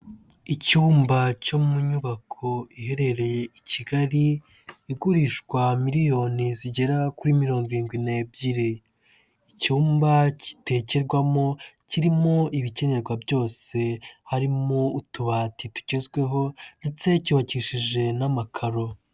Icyumba cyo mu nyubako iherereye i Kigali igurishwa miliyoni zigera kuri mirongo irindwi n'ebyiri, icyumba kitekerwamo kirimo ibikenerwa byose harimo utubati tugezweho ndetse cyubakishejwe n'amakaro.